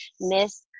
miss